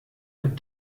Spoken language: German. ein